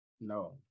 No